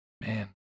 Man